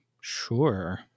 Sure